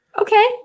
Okay